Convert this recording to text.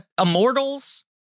Immortals